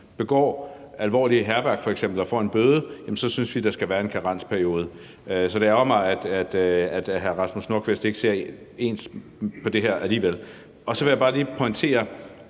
begår alvorligt hærværk og får en bøde, synes vi, at der skal være en karensperiode. Så det ærgrer mig, at hr. Rasmus Nordqvist ikke ser sådan på det her alligevel. Så vil jeg bare lige pointere